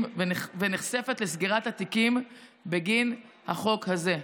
ונחשפת לסגירת תיקים בגין החוק הזה.